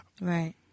Right